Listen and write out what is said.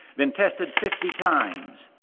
then tested fifty times.